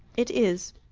it is.